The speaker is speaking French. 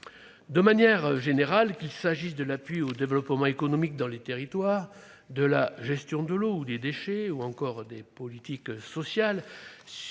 De manière générale, qu'il s'agisse de l'appui au développement économique dans les territoires, de la gestion de l'eau ou des déchets ou encore des politiques sociales,